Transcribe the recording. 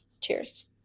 Cheers